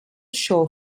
show